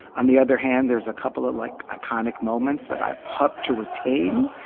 on the other hand, there's a couple of, like, iconic moments that i've hoped to retain.